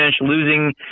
losing